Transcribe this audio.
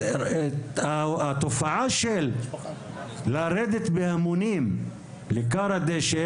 התופעה של לרדת בהמונים לכר הדשא